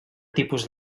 tipus